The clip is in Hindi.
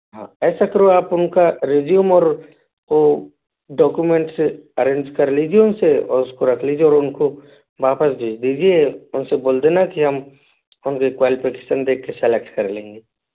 हाँ ऐसा करो आप उनका रिज्यूम और ओ डॉक्यूमेंट्स अरेंज कर लीजिए उनसे और उसको रख लीजिए और उनको वापस भेज दीजिए उनसे बोल देना कि हम उनकी क्वालिफिकेशन देखके सेलेक्ट कर लेंगे